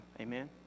Amen